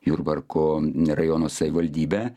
jurbarku rajono savivaldybe